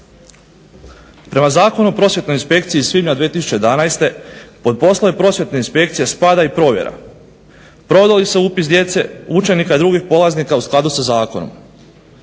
Prema zakonu o prosvjetnoj inspekciji iz svibnja 2011. pod poslove prosvjetne inspekcije spada i provjera. Provodi li se upis djece, učenika i drugih polaznika u skladu sa Zakonom.